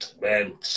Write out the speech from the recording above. man